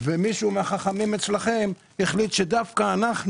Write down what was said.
מישהו מהחכמים אצלכם החליט שדווקא אנחנו,